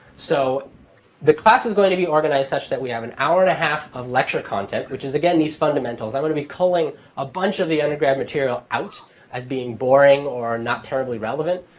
so the class is going to be organized such that we have an hour and a half of lecture content, which is again these fundamentals. i'm going to be pulling a bunch of the undergrad material out as being boring or not terribly relevant.